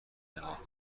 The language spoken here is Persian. نگاه